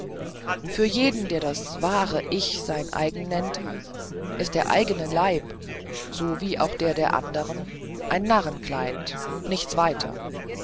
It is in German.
für jeden der das wahre ich sein eigen nennt ist der eigene leib so wie auch der der andern ein narrenkleid nichts weiter